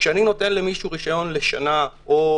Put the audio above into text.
כשאני נותן למישהו רשיון לשנה או